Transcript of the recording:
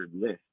list